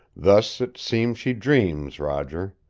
thus it seems she dreams, roger.